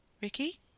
Ricky